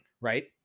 right